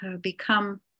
become